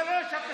אתה לא ישבת שם.